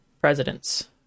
presidents